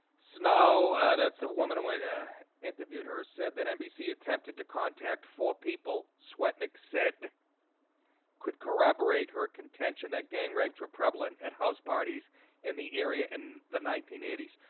snow that's a woman when i ah interviewed her said that nbc attempted to contact four people sweat, nick said could corroborate her contention that gang rapes were prevalent at house parties in the area in the nineteen eighty s?